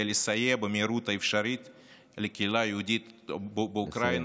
לסייע במהירות האפשרית לקהילה היהודית באוקראינה.